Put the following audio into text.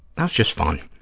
that was just fun.